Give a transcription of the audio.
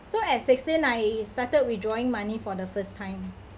so at sixteen I started withdrawing money for the first time